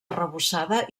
arrebossada